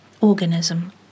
organism